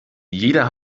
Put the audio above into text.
jeder